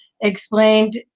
explained